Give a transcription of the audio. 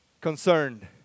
concerned